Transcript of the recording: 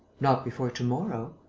not before to-morrow.